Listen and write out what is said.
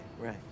right